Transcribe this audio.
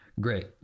great